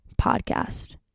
podcast